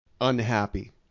unhappy